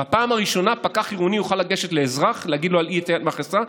בפעם הראשונה פקח עירוני יוכל לגשת לאזרח ולהגיד לו על אי-עטיית מסכה.